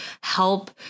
help